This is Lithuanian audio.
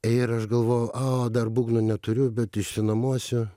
ir aš galvojau a dar būgną neturiu bet išsinuomosiu